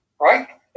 right